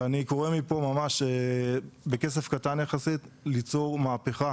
ואני קורא מפה ממש, בכסף קטן יחסית, ליצור מהפכה